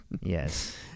Yes